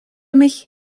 mich